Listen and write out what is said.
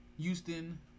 Houston